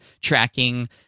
tracking